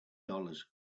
dollars